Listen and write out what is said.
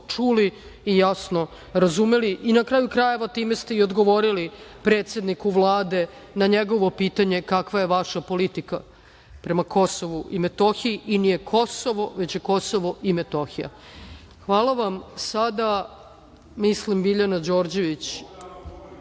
čuli i jasno razumeli. Na kraju krajeva, time ste i odgovorili predsedniku Vlade na njegovo pitanje kakva je vaša politika prema Kosovu i Metohiji. Nije Kosovo već je Kosovo i Metohija. Hvala vam.(Zoran Lutovac: